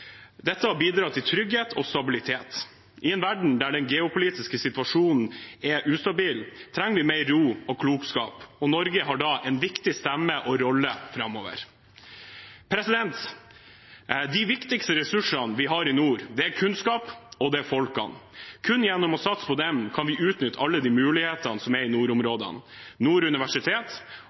Dette har bidratt til trygghet og stabilitet. I en verden der den geopolitiske situasjonen er ustabil, trenger vi mer ro og klokskap, og Norge har en viktig stemme og rolle framover. De viktigste ressursene vi har i nord, er kunnskap og folk. Kun gjennom å satse på dem kan vi utnytte alle de mulighetene som er i nordområdene.